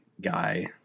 guy